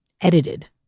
edited